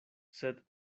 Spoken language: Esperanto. sed